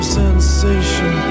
sensation